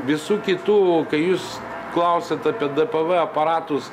visų kitų kai jūs klausiat apie dpv aparatus